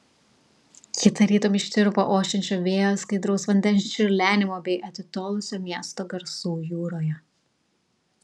ji tarytum ištirpo ošiančio vėjo skaidraus vandens čiurlenimo bei atitolusio miesto garsų jūroje